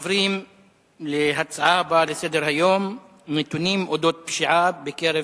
אנחנו עוברים לנושא הבא בסדר-היום: נתונים על הפשיעה בקרב